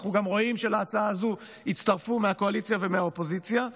אנחנו גם רואים שלהצעה הזו הצטרפו מהקואליציה ומהאופוזיציה,